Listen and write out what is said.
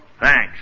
Thanks